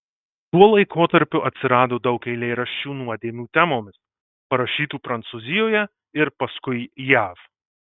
tuo laikotarpiu atsirado daug eilėraščių nuodėmių temomis parašytų prancūzijoje ir paskui jav